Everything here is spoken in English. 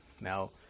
Now